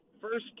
first